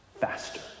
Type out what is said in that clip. Faster